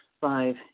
Five